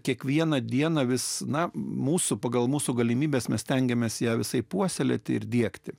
kiekvieną dieną vis na mūsų pagal mūsų galimybes mes stengiamės ją visaip puoselėti ir diegti